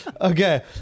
Okay